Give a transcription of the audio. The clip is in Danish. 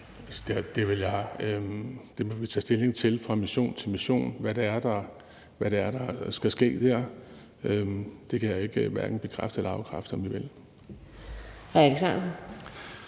der, må vi tage stilling til fra mission til mission. Det kan jeg hverken bekræfte eller afkræfte om vi vil.